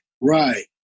right